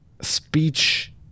speech